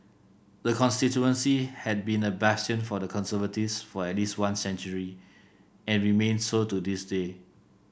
the constituency had been a bastion for the Conservatives for at least one century and remains so to this day